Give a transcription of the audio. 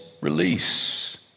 release